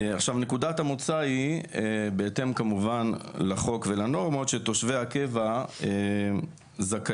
נקודת המוצא היא בהתאם כמובן לחוק ולנורמות שתושבי הקבע זכאים,